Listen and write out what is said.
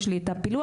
יש לי את הפילוח.